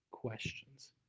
Questions